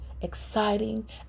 exciting